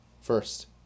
First